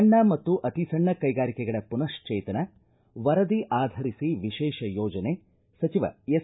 ಸಣ್ಣ ಮತ್ತು ಅತಿಸಣ್ಣ ಕೈಗಾರಿಕೆಗಳ ಮನಃಶ್ವೇತನ ವರದಿ ಆಧರಿಸಿ ವಿಶೇಷ ಯೋಜನೆ ಸಚಿವ ಎಸ್